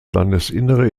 landesinnere